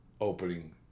opening